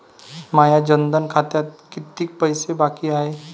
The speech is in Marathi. माया जनधन खात्यात कितीक पैसे बाकी हाय?